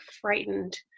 frightened